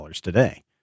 today